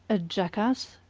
a jackass,